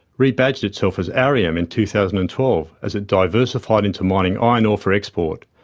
rebadged itself as arrium in two thousand and twelve, as it diversified into mining iron ore for export,